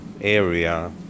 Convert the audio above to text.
area